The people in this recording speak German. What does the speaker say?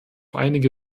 einige